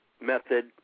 method